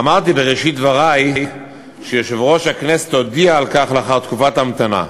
אמרתי בראשית דברי שיושב-ראש הכנסת הודיע על כך לאחר תקופת המתנה,